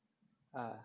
ah